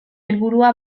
helburua